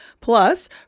Plus